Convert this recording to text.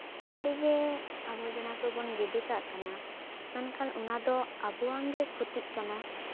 ᱟᱵᱚᱨᱡᱚᱱᱟ ᱠᱚᱵᱚᱱ ᱜᱤᱰᱤ ᱠᱟᱜ ᱠᱟᱱᱟ ᱢᱮᱱᱠᱷᱟᱱ ᱚᱱᱟ ᱫᱚ ᱟᱵᱚᱣᱟᱝ ᱜᱮ ᱠᱷᱚᱛᱤᱜ ᱠᱟᱱᱟ